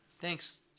thanks